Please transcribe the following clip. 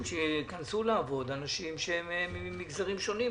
שייכנסו לעבוד אנשים ממגזרים שונים,